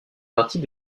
partie